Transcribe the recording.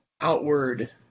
outward